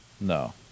No